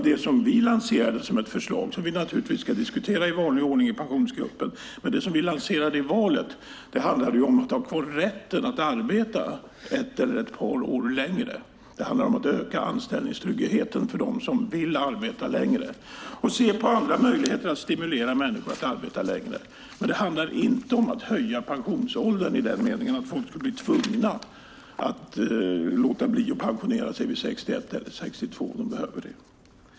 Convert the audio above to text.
Det vi lanserade som ett förslag i valet och som vi naturligtvis ska diskutera i vanlig ordning i Pensionsgruppen handlade i stället om att få rätten att arbeta ett eller ett par år längre. Det handlar om att öka anställningstryggheten för dem som vill arbeta längre och se på andra möjligheter att stimulera människor att arbeta längre. Det handlar inte om att höja pensionsåldern i den meningen att folk skulle bli tvungna att låta bli att pensionera sig vid 61 eller 62 om de behöver.